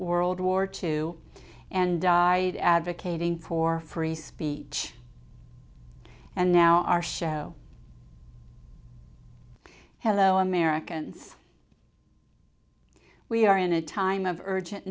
old war two and died advocating for free speech and now our show hello americans we are in a time of urgent